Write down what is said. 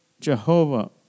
Jehovah